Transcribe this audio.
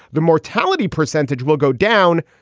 the mortality percentage will go down,